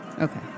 Okay